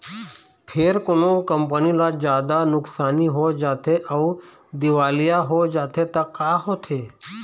फेर कोनो कंपनी ल जादा नुकसानी हो जाथे अउ दिवालिया हो जाथे त का होथे?